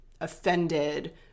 offended